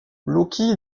loki